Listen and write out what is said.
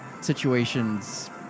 situations